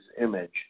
image